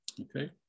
Okay